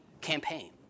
campaign